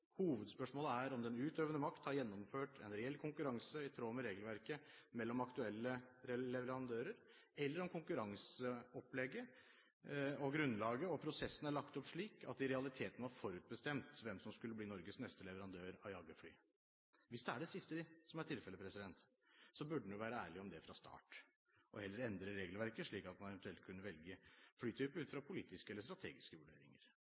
Hovedspørsmålet er om den utøvende makt har gjennomført en reell konkurranse i tråd med regelverket mellom aktuelle leverandører, eller om konkurranseopplegget, grunnlaget og prosessen har vært slik at det i realiteten var forutbestemt hvem som skulle bli Norges neste leverandør av jagerfly. Hvis det er det siste som er tilfellet, burde en vært ærlig om det fra start og heller endret regelverket slik at man eventuelt kunne velge flytype ut fra politiske eller strategiske vurderinger,